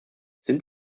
sind